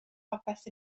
popeth